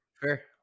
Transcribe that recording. Fair